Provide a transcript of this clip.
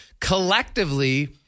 Collectively